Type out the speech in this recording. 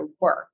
work